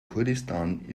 kurdistan